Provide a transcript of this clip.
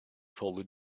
follow